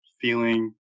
feeling